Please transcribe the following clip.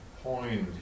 Point